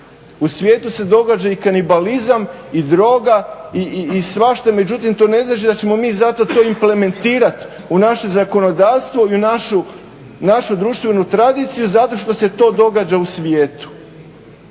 U svijetu se događa i kanibalizam i droga i svašta, međutim, to ne znači da ćemo mi zato to implementirati u naše zakonodavstvo i u našu društvenu tradiciju zato što se to događa u svijetu.